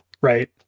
right